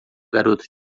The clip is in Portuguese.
garoto